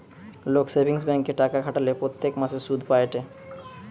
লোক সেভিংস ব্যাঙ্কে টাকা খাটালে প্রত্যেক মাসে সুধ পায়েটে